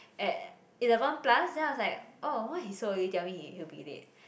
at eleven plus then I was like oh why he so early tell me he he will be late